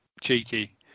cheeky